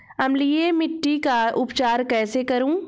अम्लीय मिट्टी का उपचार कैसे करूँ?